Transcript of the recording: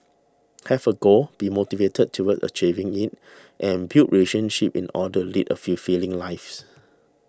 have a goal be motivated towards achieving it and build relationships in order lead a fulfilling lives